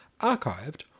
archived